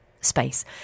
space